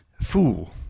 fool